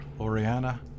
Oriana